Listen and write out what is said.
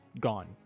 gone